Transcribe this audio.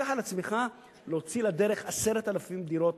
קח על עצמך להוציא לדרך 10,000 דירות